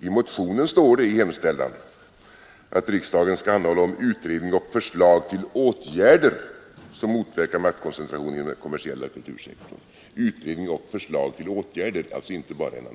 I motionen står i hemställan att riksdagen skall anhålla om utredning och förslag till åtgärder som motverkar maktkoncentrationen inom den kommersiella kultursektorn — alltså inte bara analys, utan också